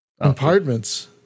Compartments